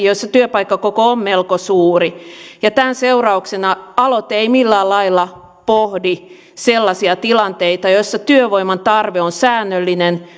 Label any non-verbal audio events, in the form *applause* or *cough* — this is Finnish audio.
*unintelligible* joissa työpaikan koko on melko suuri tämän seurauksena aloite ei millään lailla pohdi sellaisia tilanteita joissa työvoiman tarve on säännöllinen *unintelligible*